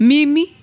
Mimi